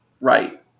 Right